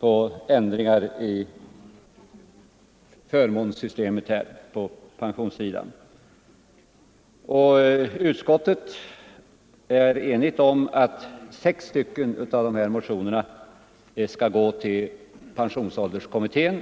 till ändringar i förmånssystemet på pensionssidan. Utskottet är enigt om att sex av ifrågavarande motioner skall överlämnas till pensionsålderskommittén.